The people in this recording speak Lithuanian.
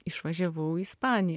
išvažiavau į ispaniją